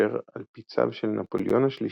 אשר על פי צו של נפוליאון השלישי,